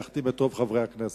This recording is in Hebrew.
אני אחתים את רוב חברי הכנסת.